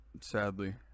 sadly